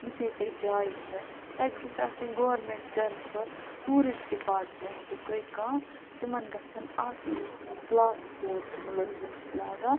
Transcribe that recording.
یۄس یۄس ییٚتہِ جایہِ چھِ تَتہِ گَژھہِ آسٕنۍ گورمیٚنٹ طرفہٕ ٹیوٗرِسٹ ڈِپاٹمیٚنٹُکٕے کانٛہہ تِمَن گَژھَن کٕلاس فورتھہٕ مُلٲزِم چھِ لاگان